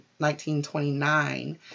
1929